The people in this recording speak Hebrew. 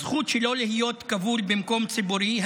הזכות שלא להיות כבול במקום ציבורי,